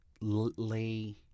lay